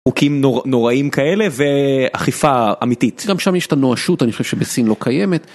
חוקים נוראים כאלה ואכיפה אמיתית. גם שם יש את הנואשות, אני חושב שבסין לא קיימת.